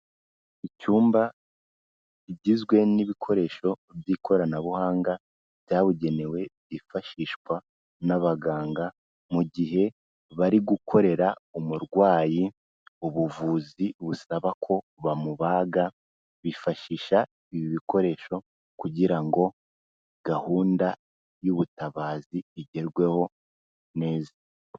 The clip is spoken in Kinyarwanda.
Icyumba kigizwe n'ibikoresho by'ikoranabuhanga byabugenewe, byifashishwa n'abaganga mu gihe bari gukorera umurwayi ubuvuzi busaba ko bamubaga, bifashisha ibi bikoresho kugira ngo gahunda y'ubutabazi igerweho neza.